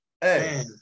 Hey